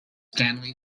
stanley